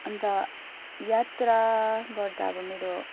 अन्त यात्रा गर्दा अब मेरो